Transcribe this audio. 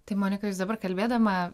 tai monika jūs dabar kalbėdama